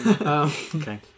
Okay